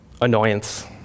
annoyance